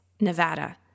Nevada